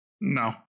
No